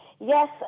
Yes